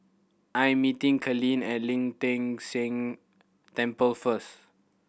I am meeting Kalene at Ling Teng San Temple first